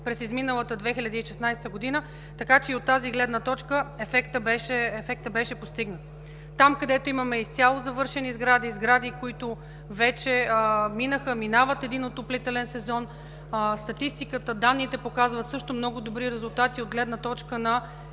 през изминалата 2016 г., така че и от тази гледна точка ефектът беше постигнат. Там, където имаме изцяло завършени сгради, сгради които вече минаха, минават един отоплителен сезон, статистиката, данните показват също много добри резултати от гледна точка на